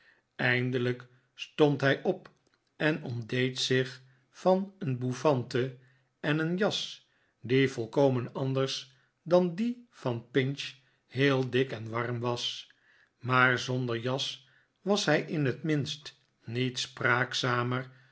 eindelijk stond hij op en ontdeed zich van een bouffante en een jas die volkomen anders dan die van pinch heel dik en warm was maar zonder jas was hij in het minst niet spraakzamer